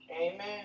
Amen